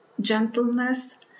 gentleness